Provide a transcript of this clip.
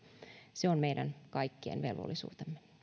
se on meidän kaikkien velvollisuus